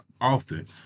often